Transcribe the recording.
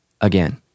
again